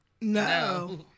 No